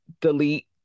delete